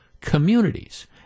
communities